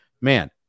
man